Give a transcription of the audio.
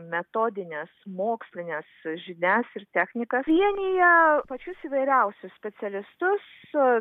metodines mokslines žinias ir techniką vienija pačius įvairiausius specialistus